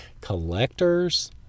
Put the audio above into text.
collectors